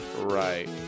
Right